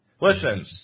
Listen